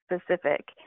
specific